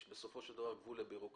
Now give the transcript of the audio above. בסופו של דבר יש גבול לביורוקרטיה,